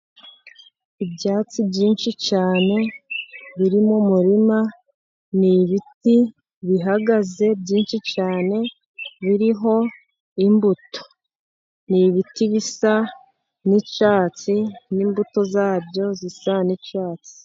Ibyatsi byinshi cyane biri mu murima, n'ibiti bihagaze byinshi cyane biriho imbuto, n'ibiti bisa n'icyatsi, n'imbuto zabyo zisa n'icyatsi.